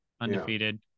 undefeated